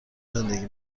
زندگی